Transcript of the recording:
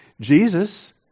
Jesus